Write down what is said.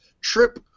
trip